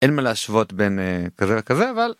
אין מה להשוות בין כזה וכזה אבל.